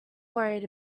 worried